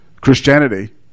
christianity